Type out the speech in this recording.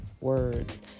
words